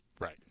right